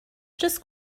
just